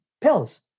pills